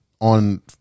on